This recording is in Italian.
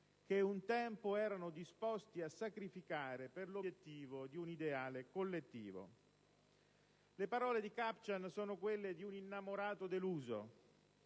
che un tempo erano disposti a sacrificare per l'obiettivo di un ideale collettivo». Le parole di Kupchan sono quelle di un innamorato deluso.